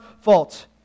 fault